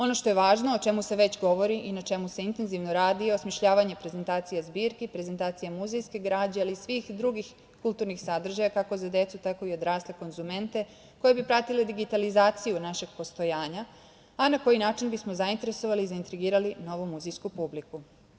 Ono što je važno, o čemu se već govori i na čemu se intenzivno radi, osmišljavanje prezentacije zbirki, prezentacija muzejske građe, ali i svih drugih kulturnih sadržaja kako za decu, tako i za odrasle konzumente, koji bi pratili digitalizaciju naše postojanja, a na koji način bismo zainteresovali i zaintrigirali novu muzejsku publiku.